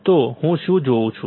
તો હું શું જોઉં છું